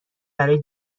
برای